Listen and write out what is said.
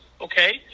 okay